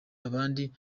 abandi